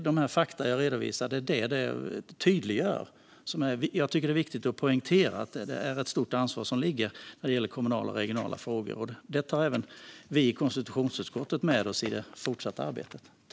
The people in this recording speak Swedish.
De fakta jag redovisar tydliggör detta, och jag tycker att det är viktigt att poängtera detta stora ansvar. Det tar även vi i konstitutionsutskottet med oss i det fortsatta arbetet.